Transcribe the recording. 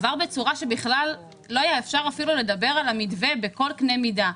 עבר בצורה שבכלל לא היה אפשר אפילו לדבר על המתווה בכל קנה מידה.